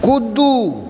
कूदू